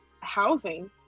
housing